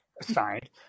assigned